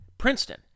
Princeton